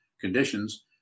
conditions